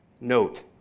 note